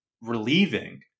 relieving